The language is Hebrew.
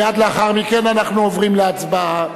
מייד לאחר מכן אנחנו עוברים להצבעה.